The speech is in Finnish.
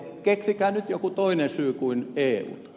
keksikää nyt joku toinen syy kuin eu